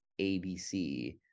ABC